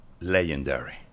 legendary